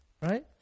right